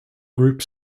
group